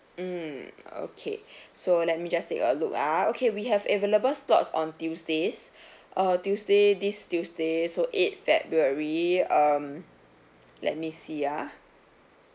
mm okay so let me just take a look ah okay we have available slots on tuesdays uh tuesday this tuesday so eight february um let me see ah